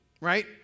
right